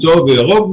צהוב וירוק,